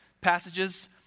passages